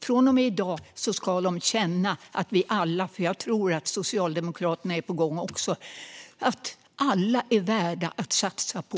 Från och med i dag ska de känna att vi alla - för jag tror att också Socialdemokraterna är på gång - tycker att alla är värda att satsa på.